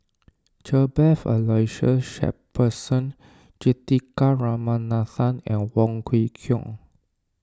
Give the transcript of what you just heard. Cuthbert Aloysius Shepherdson Juthika Ramanathan and Wong Kwei Cheong